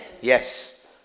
Yes